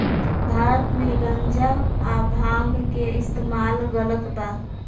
भारत मे गांजा आ भांग के इस्तमाल गलत बा